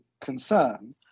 concern